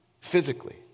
physically